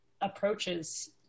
approaches